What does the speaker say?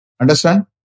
Understand